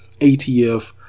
ATF